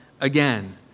again